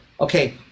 okay